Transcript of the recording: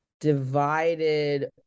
divided